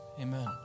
Amen